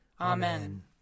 Amen